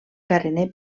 carener